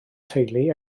teulu